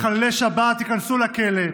מחללי שבת ייכנסו לכלא,